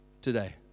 today